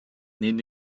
neben